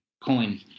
coin